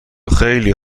خیلی